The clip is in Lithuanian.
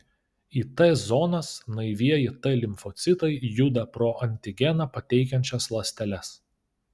į t zonas naivieji t limfocitai juda pro antigeną pateikiančias ląsteles